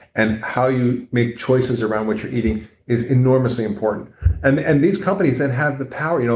and how you make choices around what you're eating is enormously important and and these companies then have the power. you know